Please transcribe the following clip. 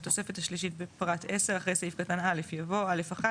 בתוספת השלישית בפרט 10 אחרי סעיף קטן (א) יבוא: (א)(1)